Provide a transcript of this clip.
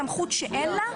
אין סמכות שאין לה,